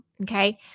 Okay